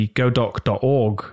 godoc.org